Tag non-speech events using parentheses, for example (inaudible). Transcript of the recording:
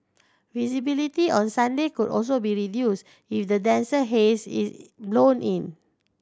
visibility on Sunday could also be reduced if the denser haze is (unintelligible) blown in